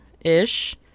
ish